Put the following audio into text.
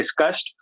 discussed